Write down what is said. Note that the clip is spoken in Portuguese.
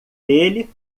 ele